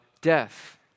death